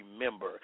remember